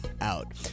out